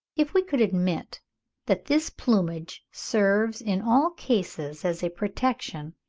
if we could admit that this plumage serves in all cases as a protection,